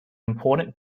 important